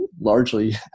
largely